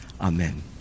Amen